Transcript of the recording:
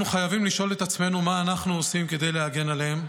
אנחנו חייבים לשאול את עצמנו מה אנחנו עושים כדי להגן עליהם,